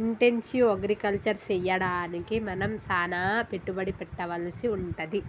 intensive agriculture సెయ్యడానికి మనం సానా పెట్టుబడి పెట్టవలసి వుంటది